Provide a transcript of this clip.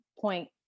point